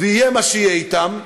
ויהיה מה שיהיה אתן.